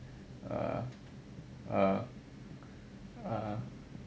err err err